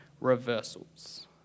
reversals